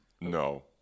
No